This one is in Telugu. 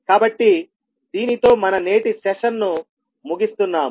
కాబట్టి దీనితో మన నేటి సెషన్ను ముగిస్తున్నాము